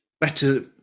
better